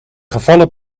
gevallen